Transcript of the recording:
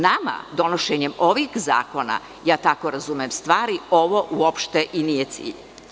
Nama, donošenjem ovih zakona, ja tako razumem stvari, ovo uopšte i nije cilj.